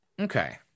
Okay